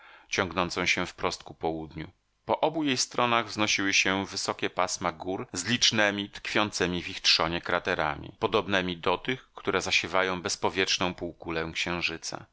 ciągnącą się wprost ku południu po obu jej stronach wznosiły się wysokie pasma gór z licznemi tkwiącemi w ich trzonie kraterami podobnemi do tych które zasiewają bezpowietrzną półkulę księżyca